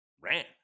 ran